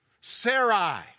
Sarai